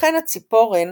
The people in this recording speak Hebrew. ולכן הציפורן